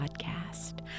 Podcast